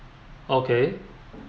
okay